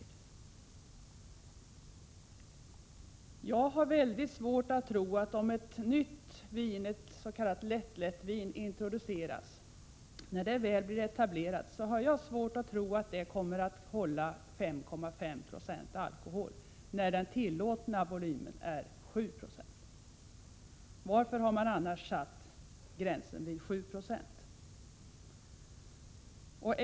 Jag har mycket svårt att tro att om ett nytt s.k. lättlättvin introduceras, det kommer att hålla en nivå på 5,5 96 när den tillåtna nivån är 7 96. Varför har man annars satt gränsen vid 7 Je?